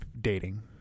dating